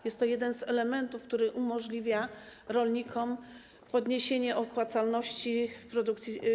Jest to jeden z elementów, który umożliwia rolnikom podniesienie opłacalności produkcji.